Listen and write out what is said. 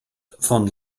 von